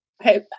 Okay